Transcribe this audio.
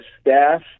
staff